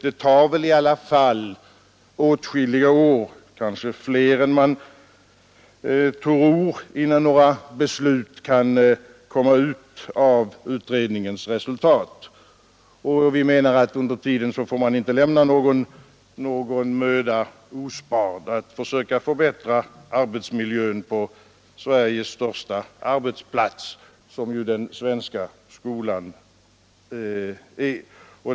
Det kommer väl i alla fall att ta åtskilliga år — kanske flera än man tror — innan några beslut kan bli följden av utredningens resultat. Under tiden får vi inte lämna någon möda sparad för att försöka förbättra arbetsmiljön på Sveriges största arbetsplats — vilket ju den svenska skolan är.